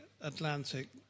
Atlantic